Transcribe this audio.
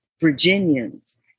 Virginians